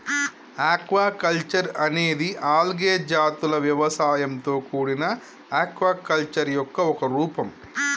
aquaculture అనేది algae జాతుల వ్యవసాయంతో కూడిన ఆక్వాకల్చర్ యొక్క ఒక రూపం